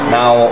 now